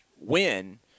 win –